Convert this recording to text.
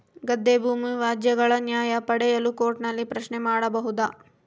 ಗದ್ದೆ ಭೂಮಿ ವ್ಯಾಜ್ಯಗಳ ನ್ಯಾಯ ಪಡೆಯಲು ಕೋರ್ಟ್ ನಲ್ಲಿ ಪ್ರಶ್ನೆ ಮಾಡಬಹುದಾ?